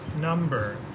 number